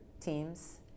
teams